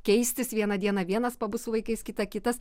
keistis vieną dieną vienas pabus su vaikais kitą kitas